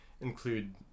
include